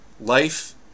Life